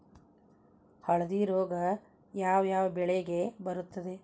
ಹಳದಿ ರೋಗ ಯಾವ ಯಾವ ಬೆಳೆಗೆ ಬರುತ್ತದೆ?